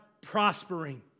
prospering